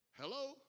Hello